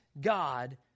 God